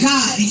God